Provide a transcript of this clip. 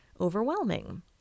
overwhelming